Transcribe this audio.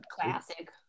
classic